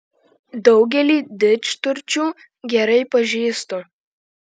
daugelį didžturčių gerai pažįstu